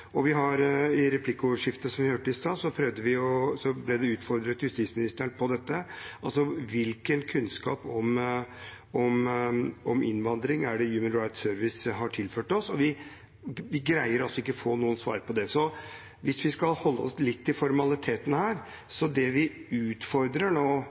som vi hørte i stad, justisministeren utfordret på hvilken kunnskap om innvandring Human Rights Service har tilført oss, og vi greier altså ikke å få noe svar på det. Så hvis vi skal holde oss litt til formalitetene her: Det vi nå